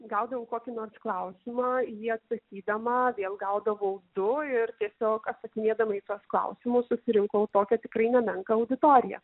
gaudavau kokį nors klausimą į jį atsakydama vėl gaudavau du ir tiesiog atsakinėdama į tuos klausimus susirinkau tokią tikrai nemenką auditoriją